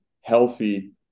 healthy